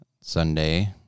Sunday